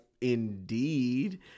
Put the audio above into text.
indeed